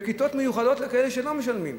וכיתות מיוחדות לכאלה שלא משלמים.